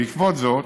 בעקבות זאת